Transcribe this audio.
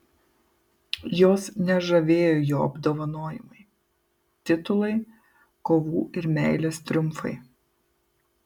jos nežavėjo jo apdovanojimai titulai kovų ir meilės triumfai